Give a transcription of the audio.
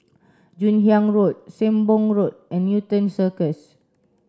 Joon Hiang Road Sembong Road and Newton Circus